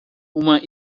uma